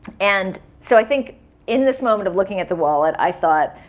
and so i think in this moment of looking at the wallet, i thought,